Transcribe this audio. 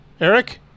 Eric